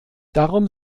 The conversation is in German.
darum